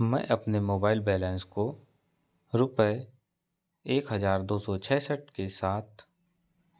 मैं अपने mobile balance को रुपये एक हज़ार दो सौ छियासठ के साथ